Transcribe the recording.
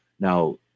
Now